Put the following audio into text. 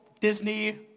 Disney